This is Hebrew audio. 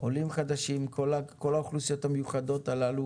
עולים חדשים, כל האוכלוסיות המיוחדות הללו